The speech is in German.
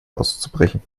auszubrechen